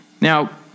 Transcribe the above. Now